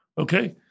okay